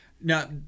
Now